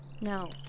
No